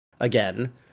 again